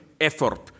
effort